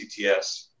CTS